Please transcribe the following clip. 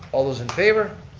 all those in favor,